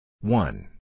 one